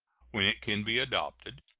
when it can be adopted,